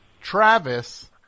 Travis